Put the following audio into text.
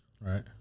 Right